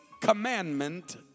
commandment